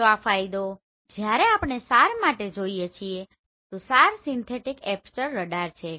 તો આ ફાયદો જ્યારે આપણે SAR માટે જઇએ છીએ તો SAR સિન્થેટીક એપર્ચર રડાર છે